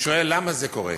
שואל: למה זה קורה?